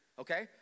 okay